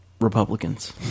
Republicans